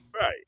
Right